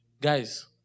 Guys